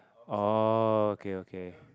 oh okay okay